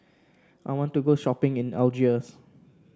I want to go shopping in Algiers